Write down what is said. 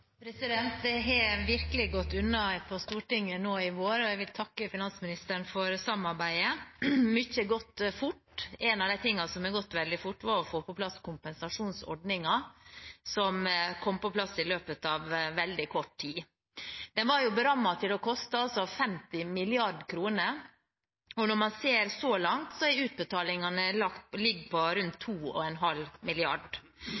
Det har virkelig gått unna på Stortinget nå i vår, og jeg vil takke finansministeren for samarbeidet. Mye har gått fort. En av de tingene som har gått veldig fort, var å på plass kompensasjonsordningen, som kom på plass i løpet av veldig kort tid. Den var jo berammet til å koste 50 mrd. kr, og man ser at så langt ligger utbetalingene på rundt